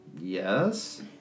Yes